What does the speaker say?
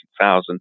2000